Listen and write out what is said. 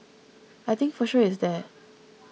I think for sure it's there